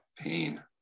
Pain